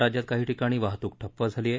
राज्यात काही ठिकाणी वाहतूक ठप्प झाली आहे